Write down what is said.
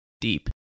deep